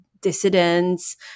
dissidents